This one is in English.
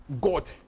God